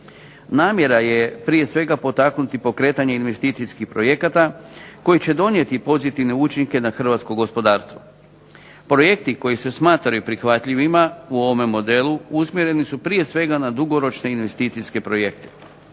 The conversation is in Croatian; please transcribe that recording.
Namjera je prije svega potaknuti pokretanje investicijskih projekata koji će donijeti pozitivne učinke na hrvatsko gospodarstvo. Projekti koji se smatraju prihvatljivima u ovome modelu usmjereni su prije svega na dugoročne investicijske projekte.